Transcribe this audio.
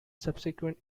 subsequent